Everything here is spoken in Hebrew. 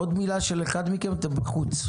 עוד מילה של אחד מכם ואתם בחוץ,